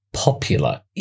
popular